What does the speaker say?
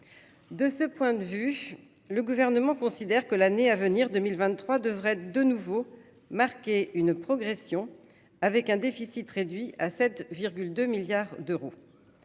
de ce point de vue, le gouvernement considère que l'année à venir 2023 devrait de nouveau marqué une progression avec un déficit réduit à 7,2 milliards d'euros,